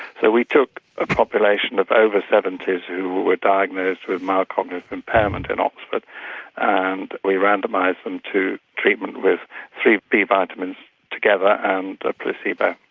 so we took a population of over seventy s who were diagnosed with mild cognitive impairment in oxford and we randomised them to treatment with three b vitamins together and a placebo.